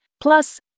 plus